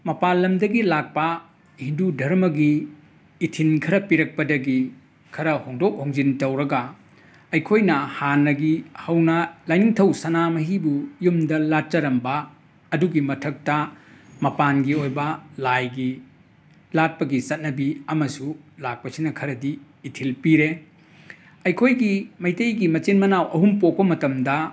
ꯃꯄꯥꯟꯂꯝꯗꯒꯤ ꯂꯥꯛꯄ ꯍꯤꯟꯗꯨ ꯙꯔꯃꯒꯤ ꯏꯊꯤꯟ ꯈꯔ ꯄꯤꯔꯛꯄꯗꯒꯤ ꯈꯔ ꯍꯣꯡꯗꯣꯛ ꯍꯣꯡꯖꯤꯟ ꯇꯧꯔꯒ ꯑꯩꯈꯣꯏꯅ ꯍꯥꯟꯅꯒꯤ ꯍꯧꯅ ꯂꯤꯡꯅꯤꯡꯊꯧ ꯁꯅꯥꯃꯍꯤꯕꯨ ꯌꯨꯝꯗ ꯂꯥꯠꯆꯔꯝꯕ ꯑꯗꯨꯒꯤ ꯃꯊꯛꯇ ꯃꯄꯥꯟꯒꯤ ꯑꯣꯏꯕ ꯂꯥꯏꯒꯤ ꯂꯥꯠꯄꯒꯤ ꯆꯠꯅꯕꯤ ꯑꯃꯁꯨ ꯂꯥꯛꯄꯁꯤꯅ ꯈꯔꯗꯤ ꯏꯊꯤꯜ ꯄꯤꯔꯦ ꯑꯩꯈꯣꯏꯒꯤ ꯃꯩꯇꯩꯒꯤ ꯃꯆꯤꯟ ꯃꯅꯥꯎ ꯑꯍꯨꯝ ꯄꯣꯛꯄ ꯃꯇꯝꯗ